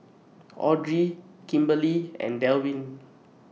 Audry Kimberli and Delwin